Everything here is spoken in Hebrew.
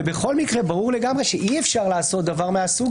ובכל מקרה ברור לגמרי שאי-אפשר לעשות דבר מהסוג